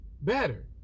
better